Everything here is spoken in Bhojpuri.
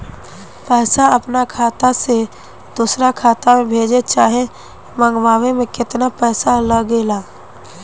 पैसा अपना खाता से दोसरा खाता मे भेजे चाहे मंगवावे में केतना पैसा लागेला?